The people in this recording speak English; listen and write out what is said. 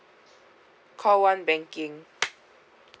call one banking